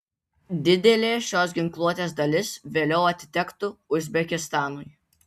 didelė šios ginkluotės dalis vėliau atitektų uzbekistanui